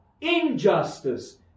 injustice